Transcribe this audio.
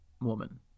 woman